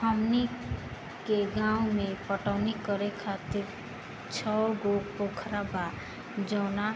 हमनी के गाँव में पटवनी करे खातिर छव गो पोखरा बा जवन